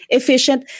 efficient